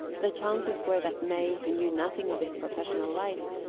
the chances were that may, who knew nothing of his professional life,